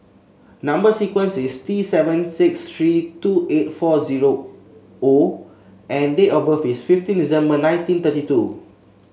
number sequence is T seven six three two eight four zero O and date of birth is fifteen December nineteen thirty two